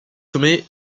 sommet